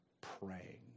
praying